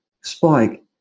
spike